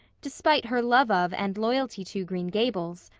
despite her love of and loyalty to green gables,